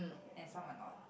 and some are not